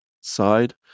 side